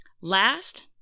Last